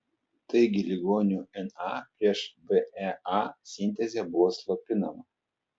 taigi ligonių na prieš bea sintezė buvo slopinama